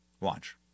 Watch